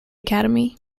academy